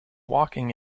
walking